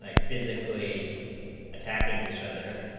like physically attacking each other